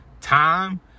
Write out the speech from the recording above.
time